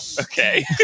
Okay